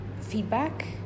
feedback